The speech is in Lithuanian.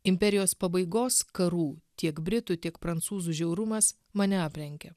imperijos pabaigos karų tiek britų tiek prancūzų žiaurumas mane aplenkė